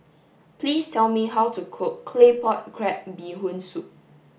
please tell me how to cook claypot crab bee hoon soup